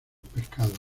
pescados